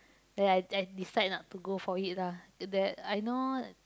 then I I decide not to go for it lah that I know